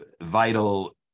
vital